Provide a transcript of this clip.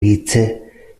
vice